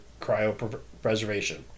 cryopreservation